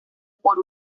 por